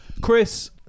Chris